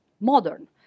modern